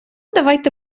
давайте